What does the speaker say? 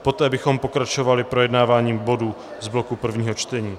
Poté bychom pokračovali projednáváním bodů z bloku prvního čtení.